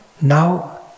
now